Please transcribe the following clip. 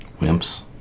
Wimps